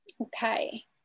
Okay